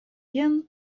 jen